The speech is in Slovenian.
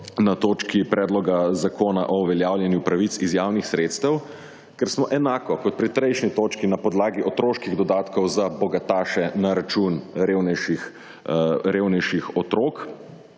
na točki predloga zakona o uveljavljanju pravic iz javnih sredstev? Ker smo enako kot pri prejšnji točki na podlagi otroških dodatkov za bogataše na račun revnejših otrok,